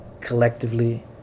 collectively